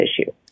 issue